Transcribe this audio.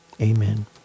Amen